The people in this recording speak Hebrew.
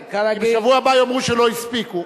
בשבוע הבא יאמרו שלא הספיקו.